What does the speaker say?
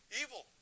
evil